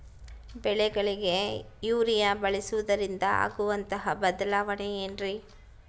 ಬೆಳೆಗಳಿಗೆ ಯೂರಿಯಾ ಬಳಸುವುದರಿಂದ ಆಗುವಂತಹ ಬದಲಾವಣೆ ಏನ್ರಿ?